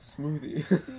Smoothie